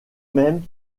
mêmes